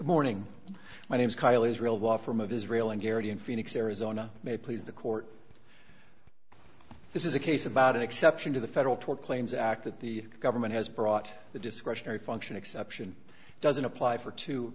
morning my name's kyle israel wall from of israel and garrity in phoenix arizona may please the court this is a case about an exception to the federal tort claims act that the government has brought the discretionary function exception doesn't apply for two